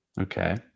Okay